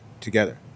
together